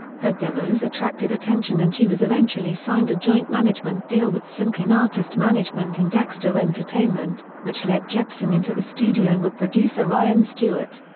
her demos attracted attention and she was eventually signed a joint management deal with simkin artist management and dexter entertainment, which led jepsen into the studio with producer ryan stewart.